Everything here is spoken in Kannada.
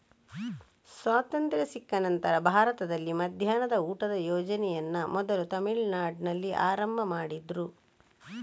ಸ್ವಾತಂತ್ರ್ಯ ಸಿಕ್ಕ ನಂತ್ರ ಭಾರತದಲ್ಲಿ ಮಧ್ಯಾಹ್ನದ ಊಟದ ಯೋಜನೆಯನ್ನ ಮೊದಲು ತಮಿಳುನಾಡಿನಲ್ಲಿ ಆರಂಭ ಮಾಡಿದ್ರು